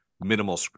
minimal